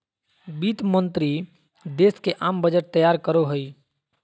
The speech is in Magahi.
वित्त मंत्रि देश के आम बजट तैयार करो हइ